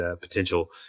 potential